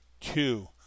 two